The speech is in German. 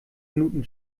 minuten